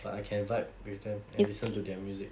but I can vibe with them and listen to their music